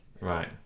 Right